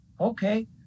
Okay